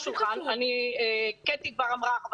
ואנחנו התרענו על זה כבר משנה חולפת.